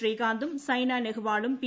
ശ്രീകാന്തും സൈനനെഹാളും പി